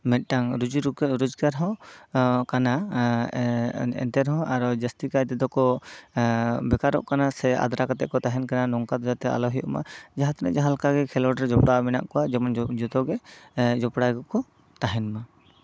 ᱢᱤᱫᱴᱟᱝ ᱨᱩᱡᱤ ᱨᱳᱡᱜᱟᱨ ᱦᱚᱸ ᱠᱟᱱᱟ ᱮᱜ ᱮᱱᱛᱮ ᱨᱮᱦᱚᱸ ᱟᱨᱚ ᱡᱟᱹᱥᱛᱤ ᱠᱟᱭ ᱛᱮᱫᱚ ᱠᱚ ᱮᱜ ᱵᱮᱠᱟᱨᱚᱜ ᱠᱟᱱᱟ ᱥᱮ ᱟᱫᱽᱨᱟ ᱠᱟᱛᱮᱜ ᱠᱚ ᱛᱟᱦᱮᱱ ᱠᱟᱱᱟ ᱱᱚᱝᱠᱟ ᱫᱚ ᱡᱟᱛᱮ ᱟᱞᱚ ᱦᱩᱭᱩᱜ ᱢᱟ ᱡᱟᱦᱟᱸ ᱛᱤᱱᱟᱹᱜ ᱡᱟᱦᱟᱸ ᱞᱮᱠᱟᱜᱮ ᱠᱷᱮᱞᱳᱰ ᱨᱮ ᱡᱚᱯᱲᱟᱣ ᱢᱮᱱᱟᱜ ᱠᱚᱣᱟ ᱡᱮᱢᱚᱱ ᱡᱚᱛᱚᱜᱮ ᱮᱜ ᱡᱚᱯᱲᱟᱣ ᱜᱮᱠᱚ ᱛᱟᱦᱮᱱ ᱢᱟ